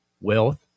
wealth